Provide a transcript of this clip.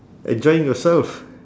enjoying yourself